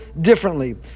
differently